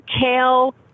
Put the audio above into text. kale